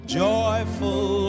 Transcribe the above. joyful